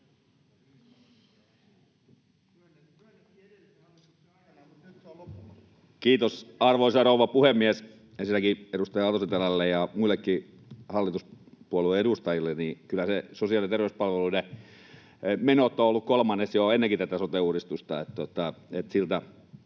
Kiitos, arvoisa rouva puhemies! Ensinnäkin edustaja Aalto-Setälälle ja muillekin hallituspuolueen edustajille: Kyllä ne sosiaali- ja terveyspalveluiden menot ovat olleet kolmannes jo ennen tätä sote-uudistustakin.